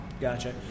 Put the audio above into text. Gotcha